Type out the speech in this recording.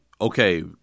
okay